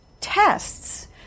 tests